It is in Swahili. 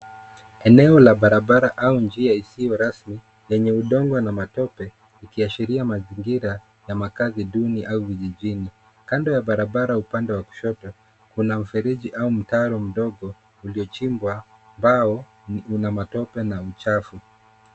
Eneo la barabara au njia isiyo rasmi, lenye udongo na matope, ikiashiria mazingira ya makazi duni au vijijini. Kando ya barabara upande wa kushoto, kuna mfereji au mtaro mdogo uliochimbwa, ambao ni huna matope na ni mchafu.